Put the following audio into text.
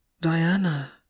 diana